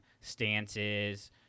stances